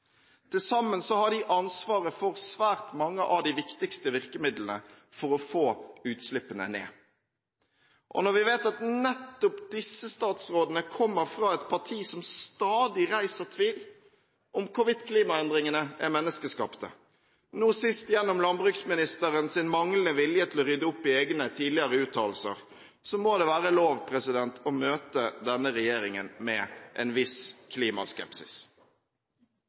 Til sammen har de ansvaret for svært mange av de viktigste virkemidlene for å få utslippene ned. Og når vi vet at nettopp disse statsrådene er fra et parti som stadig reiser tvil om hvorvidt klimaendringene er menneskeskapte – nå sist gjennom landbruksministerens manglende vilje til å rydde opp i egne, tidligere uttalelser – må det være lov å møte denne regjeringen med en viss klimaskepsis.